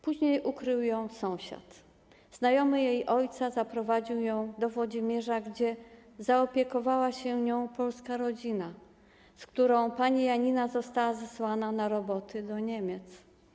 Później ukrył ją sąsiad, znajomy jej ojca zaprowadził ją do Włodzimierza, gdzie zaopiekowała się nią polska rodzina, z którą pani Janina została zesłana na roboty do Niemiec.